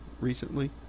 recently